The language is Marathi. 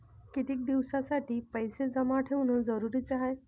कितीक दिसासाठी पैसे जमा ठेवणं जरुरीच हाय?